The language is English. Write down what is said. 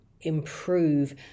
improve